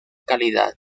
calidad